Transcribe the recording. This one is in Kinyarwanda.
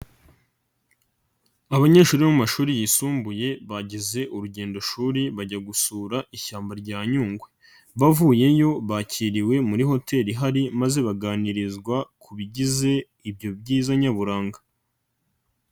Abanyeshuri bo mu mashuri yisumbuye bagize urugendo shuri bajya gusura ishyamba rya Nyungwe, bavuyeyo bakiriwe muri hoteli ihari maze baganirizwa ku bigize ibyo byiza nyaburanga.